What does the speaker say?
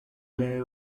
low